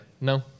No